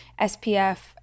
SPF